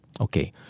Okay